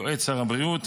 יועץ שר הבריאות.